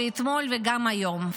אתמול וגם היום.